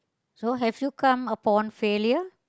so have you come upon failure